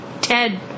Ted